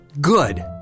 Good